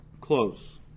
close